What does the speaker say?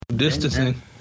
distancing